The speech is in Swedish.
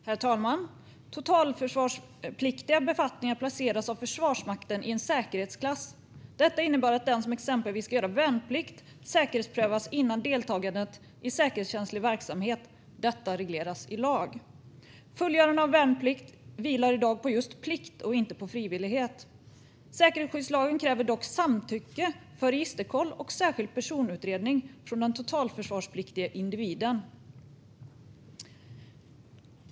Herr talman! Totalförsvarspliktiga befattningar placeras av Försvarsmakten i en säkerhetsklass. Detta innebär att den som exempelvis ska göra värnplikt säkerhetsprövas före deltagandet i säkerhetskänslig verksamhet. Detta regleras i lag. Fullgörande av värnplikt vilar i dag på just plikt och inte på frivillighet. Säkerhetsskyddslagen kräver dock samtycke för registerkoll och särskild personutredning från den totalförsvarspliktiga individen.